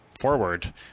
forward